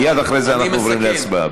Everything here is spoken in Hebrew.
מייד אחרי זה אנחנו עוברים להצבעה.